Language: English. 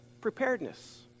Preparedness